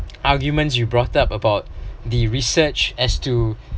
arguments you brought up about the research as to